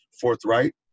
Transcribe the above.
forthright